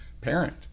parent